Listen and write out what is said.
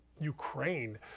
Ukraine